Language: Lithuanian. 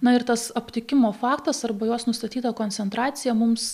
na ir tas aptikimo faktas arba jos nustatyta koncentracija mums